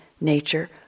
nature